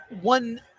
One